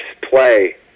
play